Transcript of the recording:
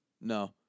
No